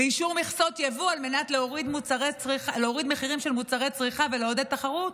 אישור מכסות יבוא על מנת להוריד מחירים של מוצרי צריכה ולעודד תחרות,